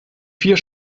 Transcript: vier